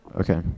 okay